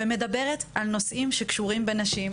ומדברת על נושאים שקשורים בנשים,